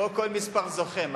פה כל מספר זוכה,